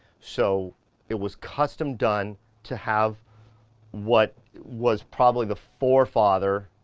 so it was custom done to have what was probably the forefather